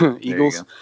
Eagles